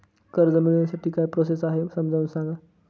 कर्ज मिळविण्यासाठी काय प्रोसेस आहे समजावून सांगा